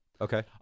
Okay